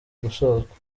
gusozwa